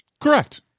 Correct